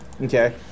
Okay